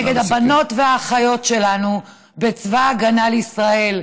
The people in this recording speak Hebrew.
נגד הבנות והאחיות שלנו בצבא ההגנה לישראל?